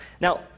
Now